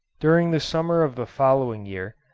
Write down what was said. during the summer of the following year,